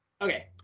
Okay